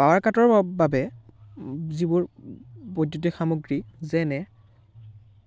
power কাটৰ বাবে যিবোৰ বৈদ্যুতিক সামগ্ৰী যেনে